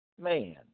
man